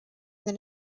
than